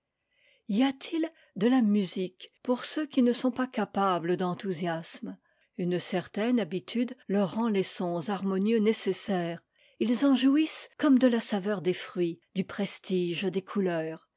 y a-t-il de la musique pour ceux qui ne sont pas capables d'enthousiasme une certaine habitude leur rend les sons harmonieux nécessaires ils en jouissent comme de la saveur des fruits du prestige des couleurs